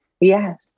Yes